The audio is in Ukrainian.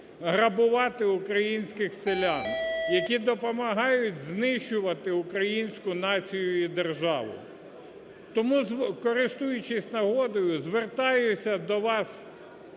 грабувати українських селян, які допомагають знищувати українську націю і державу. Тому, користуючись нагодою, звертаюсь до вас,